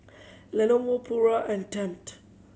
Lenovo Pura and Tempt